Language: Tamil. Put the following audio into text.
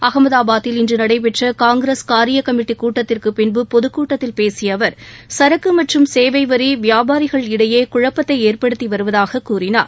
அகமதாபாதில் இன்று நடைபெற்ற காங்கிரஸ் காரியக் கமிட்டி கூட்டத்திற்கு பின் பொதுக் கூட்டத்தில் பேசிய அவர் சரக்கு மற்றும் சேவை வரி வியாபாரிகள் இடையே குழப்பத்தை ஏற்படுத்தி வருவதாக கூறினார்